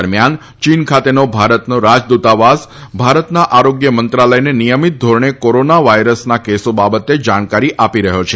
દરમિયાન ચીન ખાતેનો ભારતના રાજદૂતાવાસ ભારતના આરોગ્ય મંત્રાલયને નિયમિત ધોરણે કોરોના વાયરસના કેસો બાબતે જાણકારી આપી રહ્યું છે